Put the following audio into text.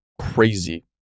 crazy